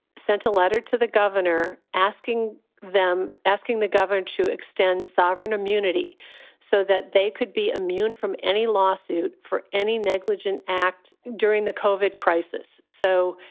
sent a letter to the governor asking them, asking the governor to extend sovereign immunity so that they could be immune from any lawsuit for any negligent act during the colvard crisis. so,